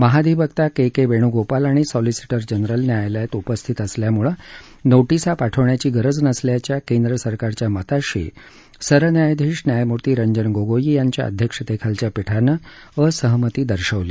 महाअधिवक्ता के वेणूगोपाल आणि solicitor general न्यायालयात उपस्थित असल्यामुळे नोटिसा पाठवण्याची गरज नसल्याच्या केंद्रसरकारच्या मताशी सरन्यायाधीश न्यायमूर्ती रंजन गोगोई यांच्या अध्यक्षतेखालच्या पीठानं असहमती दर्शवली